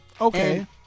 okay